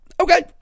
okay